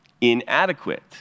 inadequate